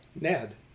Ned